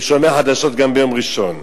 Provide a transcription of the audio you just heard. ושומע חדשות גם ביום ראשון.